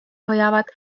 hoiavad